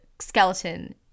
skeleton